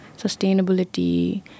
sustainability